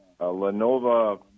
Lenovo